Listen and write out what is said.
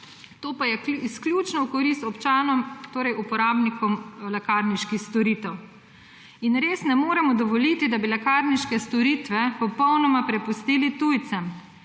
To pa je izključno v korist občanom, torej uporabnikom lekarniških storitev. Res ne moremo dovoliti, da bi lekarniške storitve popolnoma prepustili tujcem.